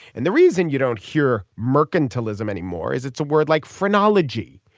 and the reason you don't hear mercantilism anymore is it's a word like phrenology.